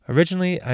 Originally